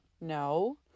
no